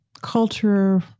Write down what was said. culture